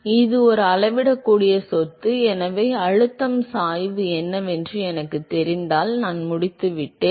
எனவே இது ஒரு அளவிடக்கூடிய சொத்து எனவே அழுத்தம் சாய்வு என்னவென்று எனக்குத் தெரிந்தால் நான் முடித்துவிட்டேன்